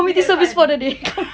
we had fun